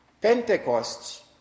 Pentecost